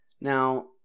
Now